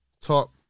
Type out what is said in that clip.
top